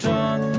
John